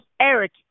Eric